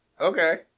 Okay